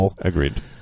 Agreed